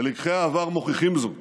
ולקחי העבר מוכיחים זאת.